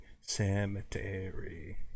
cemetery